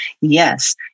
Yes